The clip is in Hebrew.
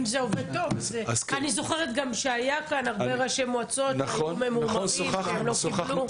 אני זוכרת גם שהיה כאן הרבה ראשי מועצות שהיו ממורמרים שהם לא קיבלו.